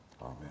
amen